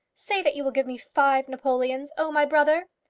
say that you will give me five napoleons o my brother!